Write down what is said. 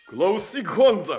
klausyk honza